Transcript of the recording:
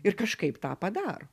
ir kažkaip tą padaro